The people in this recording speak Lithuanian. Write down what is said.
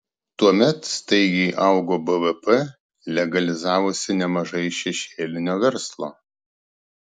tuomet staigiai augo bvp legalizavosi nemažai šešėlinio verslo